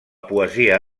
poesia